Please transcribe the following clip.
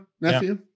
Nephew